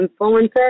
influencer